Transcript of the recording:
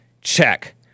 Check